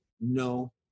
no